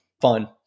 fun